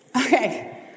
Okay